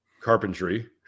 carpentry